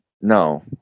No